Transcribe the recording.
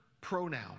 pronoun